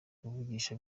kuvugisha